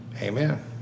amen